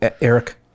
Eric